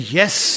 yes